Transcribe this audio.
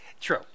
True